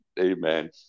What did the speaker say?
Amen